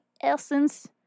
essence